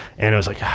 and i was like,